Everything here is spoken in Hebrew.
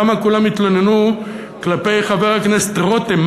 למה כולם התלוננו על חבר הכנסת רותם.